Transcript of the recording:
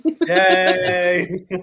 Yay